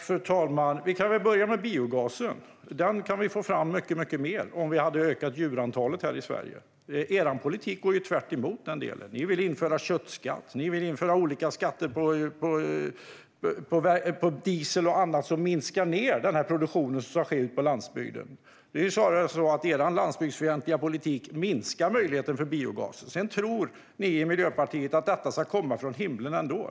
Fru talman! Vi kan börja med biogasen. Den kan vi få fram mycket mer av om vi ökar djurantalet här i Sverige. Er politik går tvärtemot den delen. Ni vill införa köttskatt och olika skatter på diesel och annat som minskar ned produktionen som sker på landsbygden. Det är snarare så att er landsbygdsfientliga politik minskar möjligheten för biogasen. Ni i Miljöpartiet tror att den ska komma från himlen.